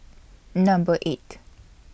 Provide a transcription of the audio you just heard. Number eight